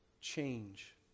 change